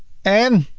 and.